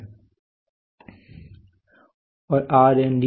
तो यहां हमारे पास दायरा की अर्थव्यवस्था है और इसकी विशेषताएं क्या हैं